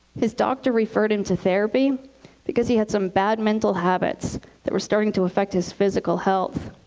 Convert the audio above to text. his doctor referred him to therapy because he had some bad mental habits that were starting to affect his physical health.